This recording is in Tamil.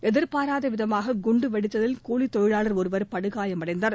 எதிர்பாராதவிதமாக குண்டு வெடித்ததில் கூலி தொழிலாளர் ஒருவர் படுகாயமடைந்தார்